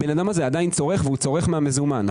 האדם הזה עדיין צורך, והוא צורך מהמזומן.